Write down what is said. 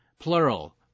Plural